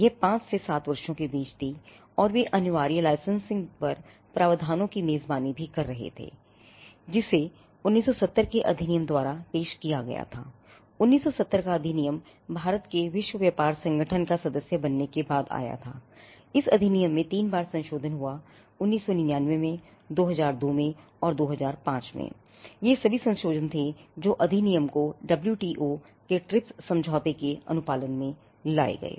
यह पांच से सात वर्षों के बीच थी और वे अनिवार्य लाइसेंसिंग के ट्रिप्स समझौते के अनुपालन में लाए गए